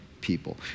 people